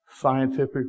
scientific